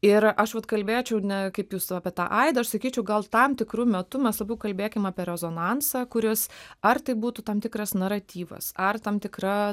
ir aš vat kalbėčiau ne kaip jūs apie tą aidą aš sakyčiau gal tam tikru metu mes labiau kalbėkim apie rezonansą kuris ar tai būtų tam tikras naratyvas ar tam tikra